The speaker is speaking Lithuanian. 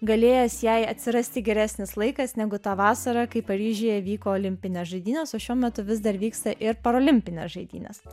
galėjęs jai atsirasti geresnis laikas negu tą vasarą kai paryžiuje vyko olimpinės žaidynės o šiuo metu vis dar vyksta ir parolimpines žaidynes